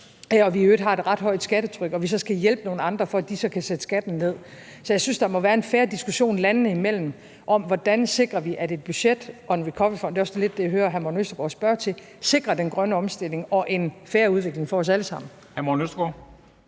i øvrigt har et ret højt skattetryk, og vi så skal hjælpe nogle andre, for at de så kan sætte skatten ned. Så jeg synes, der må være en fair diskussion landene imellem om, hvordan vi sikrer, at et budget og en recoveryfond – og det er også lidt det, jeg hører hr. Morten